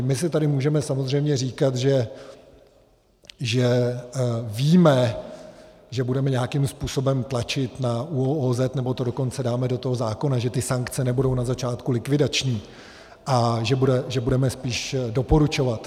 My si tady můžeme samozřejmě říkat, že víme, že budeme nějakým způsobem tlačit na ÚOOZ, nebo to dokonce dáme to toho zákona, že ty sankce nebudou na začátku likvidační a že budeme spíš doporučovat.